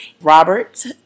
Robert